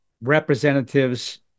representatives